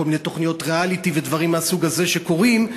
מיני תוכניות ריאליטי ודברים מהסוג הזה שקורים,